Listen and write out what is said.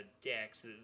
decks